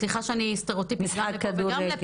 סליחה שאני סטריאוטיפית גם לפה וגם לפה.